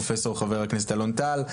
פרופסור חבר הכנסת אלון טל,